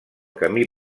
camí